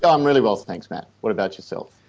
and i'm really well. thanks, matt. what about yourself?